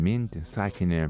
mintį sakinį